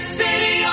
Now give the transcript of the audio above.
city